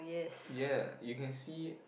ya you can see